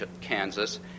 Kansas